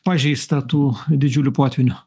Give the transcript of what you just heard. pažeista tų didžiulių potvynių